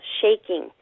shaking